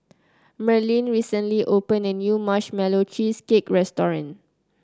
Merlene recently opened a new Marshmallow Cheesecake restaurant